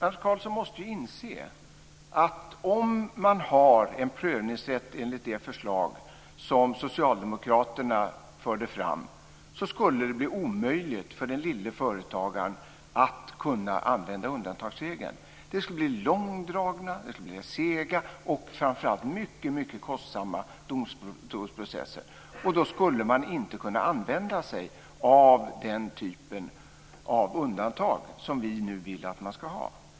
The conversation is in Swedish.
Anders Karlsson måste inse att om man har en prövningsrätt enligt det förslag som socialdemokraterna förde fram skulle det bli omöjligt för den lille företagaren att använda undantagsregeln. Det skulle bli långdragna, sega och framför allt mycket kostsamma domstolsprocesser. Då skulle man inte kunna använda sig av den typ av undantag som vi nu vill att man ska ha.